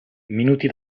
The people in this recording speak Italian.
minuti